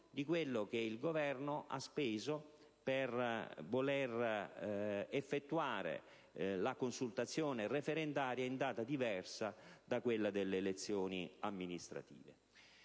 di ciò che il Governo ha speso per aver voluto effettuare la consultazione referendaria in data diversa da quella delle elezioni amministrative.